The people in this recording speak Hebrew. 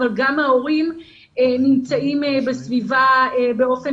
אבל גם ההורים נמצאים בסביבה באופן